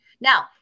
Now